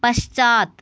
पश्चात्